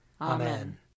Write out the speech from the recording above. Amen